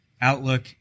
outlook